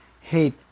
hate